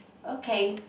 okay